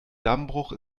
dammbruch